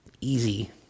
easy